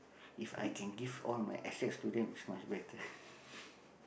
If I can give all my assets to them is much better